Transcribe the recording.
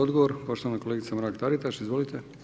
Odgovor poštovana kolegica Mrak-Taritaš, izvolite.